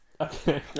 Okay